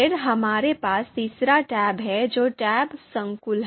फिर हमारे पास तीसरा टैब है जो tab संकुल है